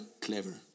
clever